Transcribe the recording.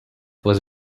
was